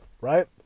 Right